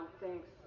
Thanks